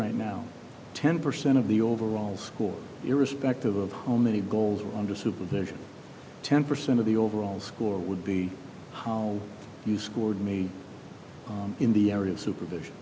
right now ten percent of the overall school irrespective of home any goals or under supervision ten percent of the overall score would be how you scored made in the area of supervision